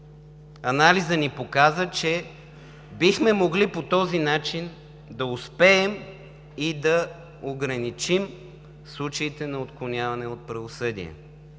Анализът ни показа, че бихме могли по този начин да успеем и да ограничим случаите на отклоняване от правосъдие.